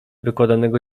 wykładanego